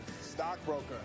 Stockbroker